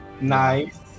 Nice